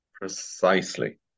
precisely